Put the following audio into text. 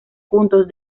juntos